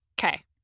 Okay